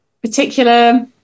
particular